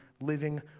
living